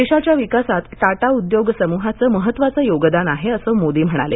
देशाच्या विकासात टाटा उद्योग समूहाचं महत्त्वाचं योगदान आहे असं मोदी म्हणाले